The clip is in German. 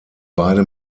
beide